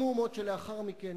המהומות שלאחר מכן,